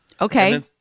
Okay